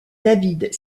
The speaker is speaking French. david